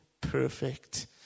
perfect